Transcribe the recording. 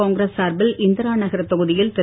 காங்கிரஸ் சார்பில் இந்திரா நகர் தொகுதியில் திரு